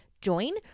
join